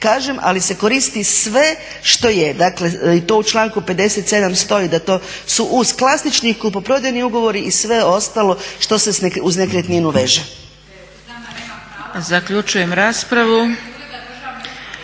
kažem. Ali se koristi sve što je. Dakle i to u članku 57. stoji da to su uz klasični kupoprodajni ugovori i sve ostalo što se uz nekretninu veže. **Zgrebec, Dragica (SDP)** Zaključujem raspravu.